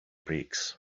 bricks